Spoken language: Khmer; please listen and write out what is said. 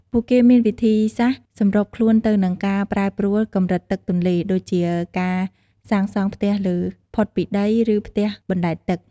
ពួកគេមានវិធីសាស្រ្តសម្របខ្លួនទៅនឹងការប្រែប្រួលកម្រិតទឹកទន្លេ ដូចជាការសាងសង់ផ្ទះលើកផុតពីដី ឬផ្ទះបណ្ដែតទឹក។